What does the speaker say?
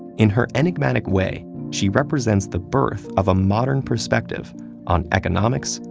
in her enigmatic way, she represents the birth of a modern perspective on economics,